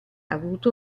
avuto